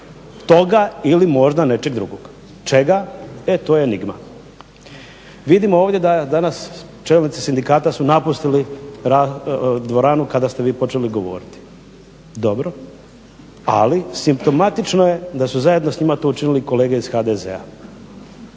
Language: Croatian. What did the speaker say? toga ili možda nečeg drugog. Čega, e to je enigma. Vidimo ovdje da danas čelnici sindikata su napustili dvoranu kada ste vi počeli govoriti. Dobro, ali simptomatično je da su zajedno s njima to učinili kolege iz HDZ-a.